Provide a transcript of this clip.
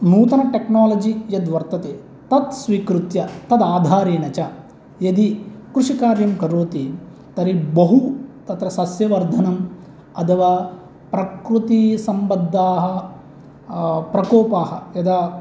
नूतन टेक्नालजी यत् वर्तते तद् स्वीकृत्य तद् आधारेण च यदि कृषिकार्यं करोति तर्हि बहु तत्र सस्यवर्धनं अथवा प्रकृतिसम्बद्धाः प्रकोपाः यदा